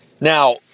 Now